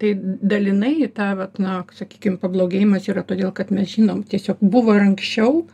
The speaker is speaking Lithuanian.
tai dalinai į tą vat na sakykim pablogėjimas yra todėl kad mes žinom tiesiog buvo ir anksčiau